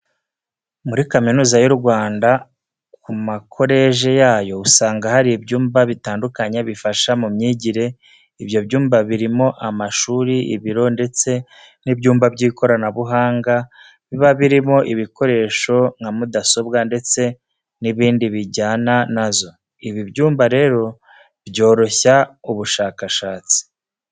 Muri kaminuza y'u Rwanda, ku makoreje yayo usanga hari ibyumba bitandukanye bifasha mu myigire, ibyo byumba birimo amashuri, ibiro ndetse n'ibyumba by'ikoranabuhanga biba birimo ibikoresho nka mudasobwa ndetse n'ibindi bijyana na zo. Ibi byumba rero byoroshya ubushakashatsi.